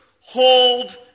hold